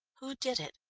who did it?